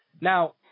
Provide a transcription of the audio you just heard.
Now